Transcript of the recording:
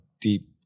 deep